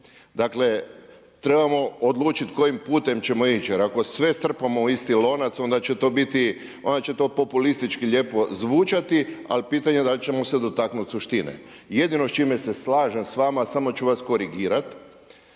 Dakle, trebamo odlučiti kojim putem ćemo ići. Jer ako sve strpamo u isti lonac onda će to biti, onda će to populistički lijepo zvučati, ali pitanje da li ćemo se dotaknuti suštine. Jedino s čime se slažem sa vama samo ću vas korigirati.